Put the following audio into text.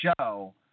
show